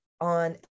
on